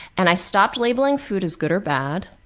and i stopped labeling food as good or bad.